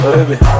Baby